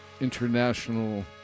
international